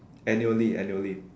annually annually